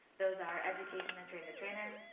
those our education and train the trainer,